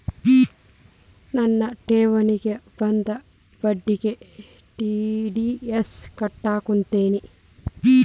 ನನ್ನ ಠೇವಣಿಗೆ ಬಂದ ಬಡ್ಡಿಗೆ ಟಿ.ಡಿ.ಎಸ್ ಕಟ್ಟಾಗುತ್ತೇನ್ರೇ?